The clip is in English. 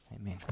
Amen